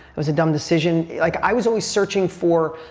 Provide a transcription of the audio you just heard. it was a dumb decision. like, i was always searching for,